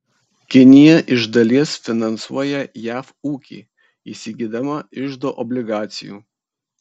kinija iš dalies finansuoja jav ūkį įsigydama iždo obligacijų